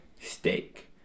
Steak